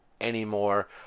anymore